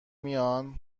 میان